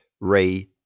Ray